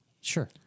Sure